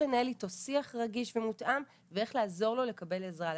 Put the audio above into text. איך לנהל איתו שיח רגיש ומותאם ואיך לעזור לו לקבל עזרה,